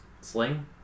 sling